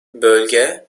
bölge